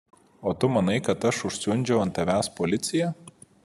o tu manai kad aš užsiundžiau ant tavęs policiją